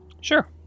sure